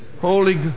Holy